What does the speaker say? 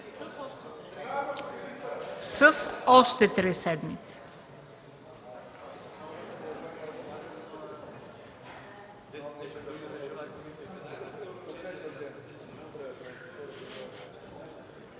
С още три седмици.